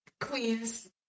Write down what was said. Queen's